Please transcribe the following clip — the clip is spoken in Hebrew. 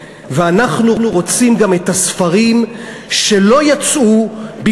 ואנחנו רוצים גם את הספרים שלא יצאו לאור